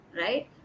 right